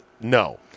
No